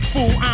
Fool